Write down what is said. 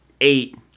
eight